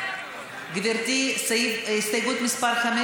גברתי, הסתייגות מס' 5?